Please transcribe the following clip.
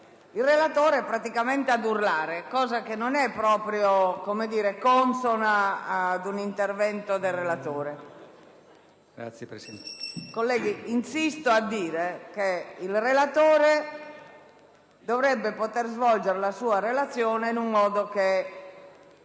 Mazzatorta praticamente ad urlare, cosa che non è proprio consona ad un intervento del relatore. *(Brusìo).* Insisto a dire che il relatore dovrebbe poter svolgere la sua relazione in un modo che